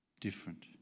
different